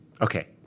Okay